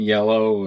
Yellow